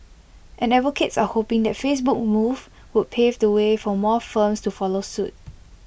and advocates are hoping that Facebook's move will pave the way for more firms to follow suit